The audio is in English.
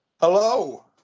Hello